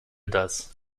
das